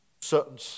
certain